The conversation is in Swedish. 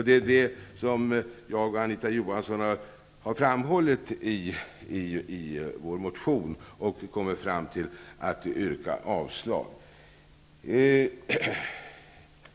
Det är detta som jag och Anita Johansson har framhållit i vår motion, och vi kommer fram till att yrka avslag på regeringens förslag.